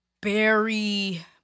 Berry